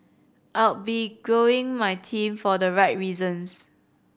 I'll be growing my team for the right reasons